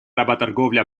работорговля